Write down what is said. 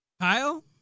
kyle